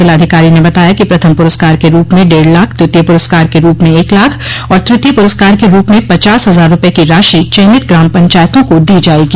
जिलाधिकारी ने बताया कि प्रथम पुरस्कार के रूप में डेढ़ लाख द्वितीय पुरस्कार के रूप में एक लाख और तृतीय पुरस्कार के रूप में पचास हजार रूपये की राशि चयनित ग्राम पंचायतों को दी जायेगी